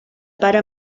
pare